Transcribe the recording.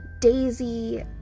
daisy